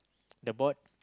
the board